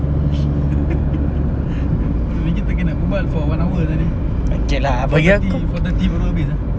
o~ kita kena berbual for one hour lah ni four thirty four thirty baru habis ya